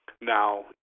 Now